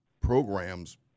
programs